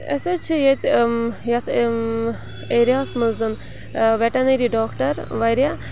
اَسہِ حظ چھِ ییٚتہِ یَتھ ایریاہَس منٛز وٮ۪ٹَنٔری ڈاکٹَر واریاہ